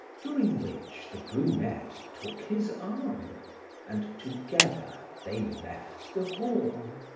during which the brunette took his arm and together they left the hall.